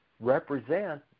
represent